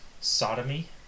sodomy